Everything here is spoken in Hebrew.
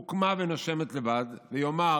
הוקמה ונושמת לבד, ויאמר: